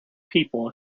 people